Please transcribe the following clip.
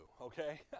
Okay